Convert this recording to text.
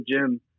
gym